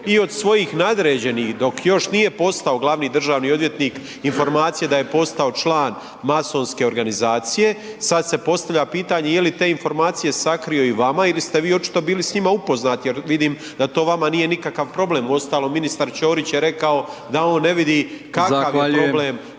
i od svojih nadređenih dok još nije postao glavni državni odvjetnik informacije da je postao član masonske organizacije, sad se postavlja pitanje je li te informacije sakrio i vama ili ste vi očito bili s njima upoznati jer vidim da to vama nije nikakav problem, uostalom ministar Ćorić je rekao da on ne vidi …/Upadica: